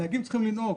הנהגים צריכים לנהוג.